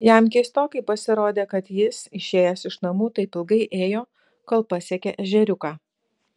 jam keistokai pasirodė kad jis išėjęs iš namų taip ilgai ėjo kol pasiekė ežeriuką